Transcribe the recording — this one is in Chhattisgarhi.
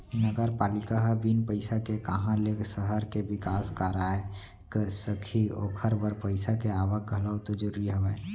नगरपालिका ह बिन पइसा के काँहा ले सहर के बिकास कराय सकही ओखर बर पइसा के आवक घलौ तो जरूरी हवय